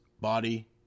body